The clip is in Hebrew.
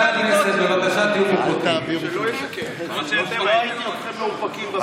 בבקשה, שלא, לא ראינו אתכם מאופקים בפעם הקודמת.